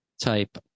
type